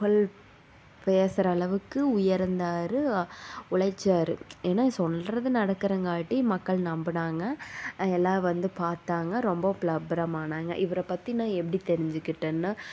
புகழ் பேசுகிறளவுக்கு உயர்ந்தார் உழைச்சார் ஏன்னா சொல்கிறது நடக்குறங்காட்டி மக்கள் நம்புனாங்க எல்லாம் வந்து பார்த்தாங்க ரொம்ப பிரபலமானங்க இவரை பற்றி நான் எப்படி தெரிஞ்சிக்கிட்டேன்னா